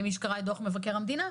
למי שקרא את דוח מבקר המדינה,